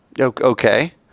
Okay